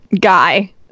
guy